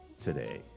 today